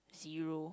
zero